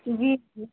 جی جی